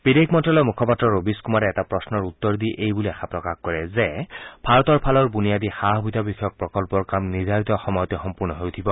বিদেশ মন্ত্যালয়ৰ মুখপাত্ৰ ৰবিছ কুমাৰে এটা প্ৰশ্নৰ উত্তৰ দি এই বুলি আশা প্ৰকাশ কৰে যে ভাৰতৰ ফালৰ বুনিয়াদি সা সুবিধা বিষয়ক প্ৰকল্পৰ কাম নিৰ্ধাৰিত সময়তে সম্পূৰ্ণ হৈ উঠিব